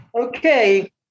Okay